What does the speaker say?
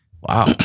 Wow